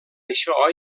això